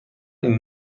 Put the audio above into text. این